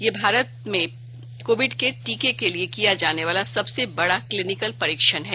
यह भारत में कोविड के टीके के लिए किया जाने वाला सबसे बड़ा क्लीनिकल परीक्षण है